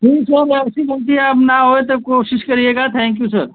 ठीक है अब ऐसी गलती अब ना होए तो कोशिश करिएगा थैंक यू सर